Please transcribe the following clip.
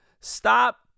stop